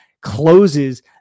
closes